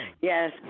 Yes